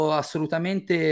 assolutamente